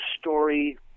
story